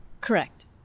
Correct